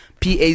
PAC